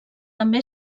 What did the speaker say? també